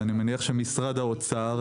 ואני מניח שגם משרד האוצר,